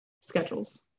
schedules